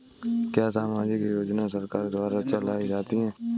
क्या सामाजिक योजना सरकार के द्वारा चलाई जाती है?